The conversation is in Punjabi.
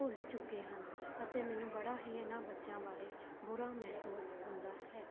ਭੁੱਲ ਚੁੱਕੇ ਹਨ ਅਤੇ ਮੈਨੂੰ ਬੜਾ ਹੀ ਇਹਨਾਂ ਬੱਚਿਆਂ ਬਾਰੇ ਬੁਰਾ ਮਹਿਸੂਸ ਹੁੰਦਾ ਹੈ